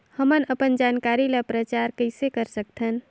हमन अपन जानकारी ल प्रचार कइसे कर सकथन?